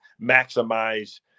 maximize